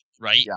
right